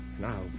Now